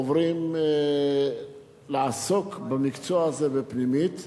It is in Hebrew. עוברים לעסוק במקצוע הזה, בפנימית,